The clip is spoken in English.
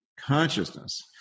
consciousness